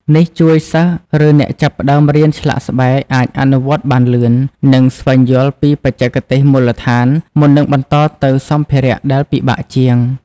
នេះជួយសិស្ស ឬអ្នកចាប់ផ្ដើមរៀនឆ្លាក់ស្បែកអាចអនុវត្តបានលឿន និងស្វែងយល់ពីបច្ចេកទេសមូលដ្ឋានមុននឹងបន្តទៅសម្ភារៈដែលពិបាកជាង។